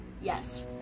Yes